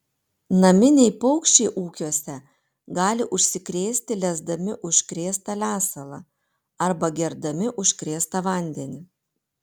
naminiai paukščiai ūkiuose gali užsikrėsti lesdami užkrėstą lesalą arba gerdami užkrėstą vandenį